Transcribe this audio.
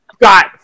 got